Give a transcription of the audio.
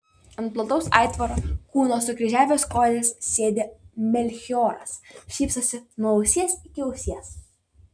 ant plataus aitvaro kūno sukryžiavęs kojas sėdi melchioras šypsosi nuo ausies iki ausies